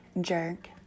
Jerk